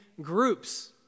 groups